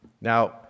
Now